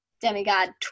demigod